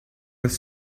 with